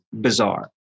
bizarre